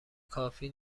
کافی